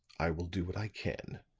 i will do what i can.